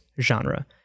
genre